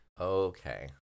Okay